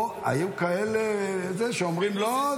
פה היו כאלה שאומרים: לא,